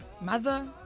mother